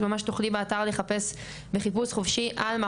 אז עכשיו ממש תוכלי לחפש באתר חיפוש חופשי דרך